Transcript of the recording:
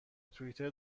توئیتر